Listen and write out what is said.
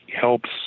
helps